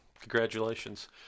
Congratulations